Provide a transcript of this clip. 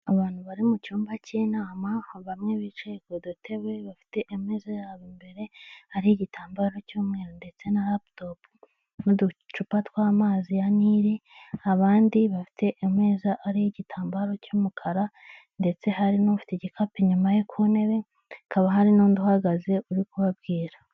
Abantu bari mu cyumba cy'inama, bamwe bicaye ku dutebe bafite ameza yabo imbere ariho igitambaro cy'umweru ndetse na laptop n'uducupa tw'amazi ya Nile, abandi bafite ameza ariho igitambaro cy'umukara, ndetse hari n'ufite igikapu inyuma ye ku ntebe, hakaba hari n'undi uhagaze uri kubabwira.